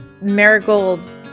Marigold